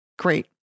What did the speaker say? Great